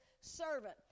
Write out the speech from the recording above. servant